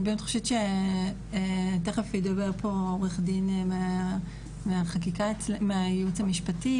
אני באמת חושבת שתכף ידבר פה עו"ד מהייעוץ המשפטי,